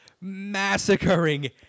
massacring